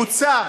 בוצע,